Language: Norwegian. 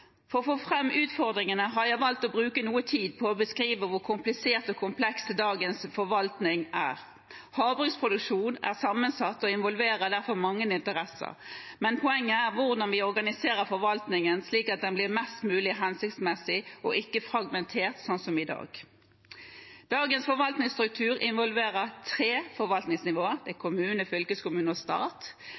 For å få fram utfordringene har jeg valgt å bruke noe tid på å beskrive hvor komplisert og kompleks dagens forvaltning er. Havbruksproduksjonen er sammensatt og involverer derfor mange interesser, men poenget er hvordan vi organiserer forvaltningen slik at den blir mest mulig hensiktsmessig og ikke fragmentert som i dag. Dagens forvaltningsstruktur involverer tre forvaltningsnivåer: kommune, fylkeskommune og stat.